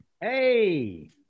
Hey